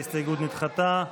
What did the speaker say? ההסתייגות נדחתה.